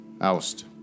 Oust